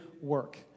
work